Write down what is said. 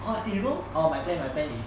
!wah! you know orh my plan my plan is